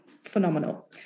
phenomenal